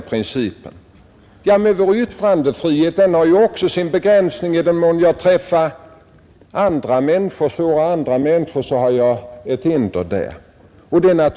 Även vår yttrandefrihet har sin begränsning, så fort som vi träffar andra människor.